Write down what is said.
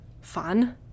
fun